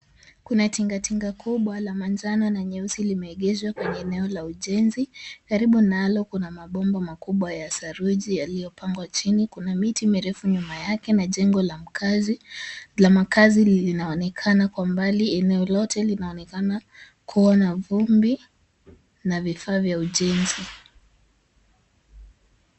Kuna tingatinga kubwa la manjano na nyeusi limeegeshwa kwenye eneo la ujenzi. Karibu nalo kuna mabomba makubwa ya saruji yaliyopangwa chini, kuna miti mirefu nyuma yake na jengo la makaazi linaonekana kwa mbali. Eneo lote linaonekana kuwa na vumbi na vifaa vya ujenzi.